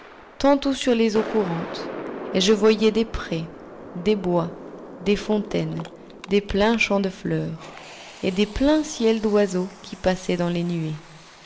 tantôt sur les eaux courantes et je voyais des prés des bois des fontaines des pleins champs de fleurs et des pleins ciels d'oiseaux qui passaient dans les nuées